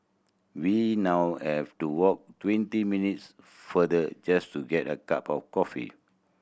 we now have to walk twenty minutes farther just to get a cup of coffee